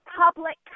public